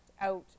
out